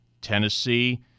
Tennessee